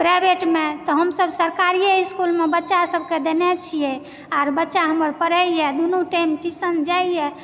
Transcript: प्राइवेटमे तऽ हमसभ सरकारीए इस्कूलमे बच्चासभके देने छियै आर बच्चा हमर पढ़यए दुनु टाइम ट्युशन जाइए